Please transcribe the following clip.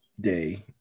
day